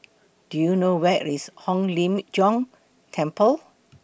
Do YOU know Where IS Hong Lim Jiong Temple